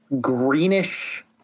greenish